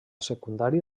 secundari